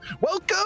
Welcome